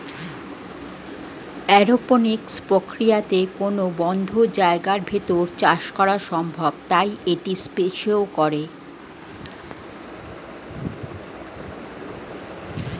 aeroponics প্রক্রিয়াতে কোনো বদ্ধ জায়গার ভেতর চাষ করা সম্ভব তাই এটি স্পেসেও করে